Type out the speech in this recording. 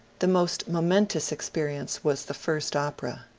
the most momentous experience was the first opera.